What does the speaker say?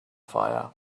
fire